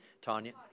Tanya